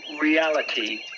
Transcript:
reality